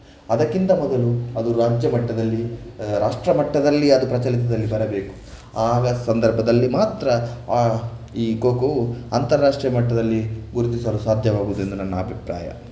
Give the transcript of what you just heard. ಅದಕ್ಕಿಂತ ಮೊದಲು ಅದು ರಾಜ್ಯಮಟ್ಟದಲ್ಲಿ ರಾಷ್ಟ್ರಮಟ್ಟದಲ್ಲಿ ಅದು ಪ್ರಚಲಿತದಲ್ಲಿ ಬರಬೇಕು ಆಗ ಸಂದರ್ಭದಲ್ಲಿ ಮಾತ್ರ ಆ ಈ ಖೋ ಖೋವು ಅಂತಾರಾಷ್ಟ್ರೀಯ ಮಟ್ಟದಲ್ಲಿ ಗುರುತಿಸಲು ಸಾಧ್ಯವಾಗುವುದೆಂದು ನನ್ನ ಅಭಿಪ್ರಾಯ